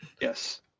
Yes